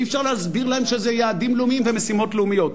ואי-אפשר להסביר להם שזה יעדים לאומיים ומשימות לאומיות.